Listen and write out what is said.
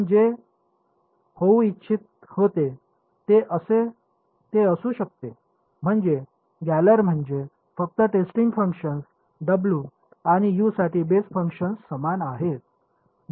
आपण जे होऊ इच्छित होते ते असू शकते म्हणजे गॅलर म्हणजे फक्त टेस्टिंग फंक्शन डब्ल्यू आणि यू साठी बेस फंक्शन समान आहे